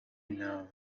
know